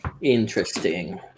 Interesting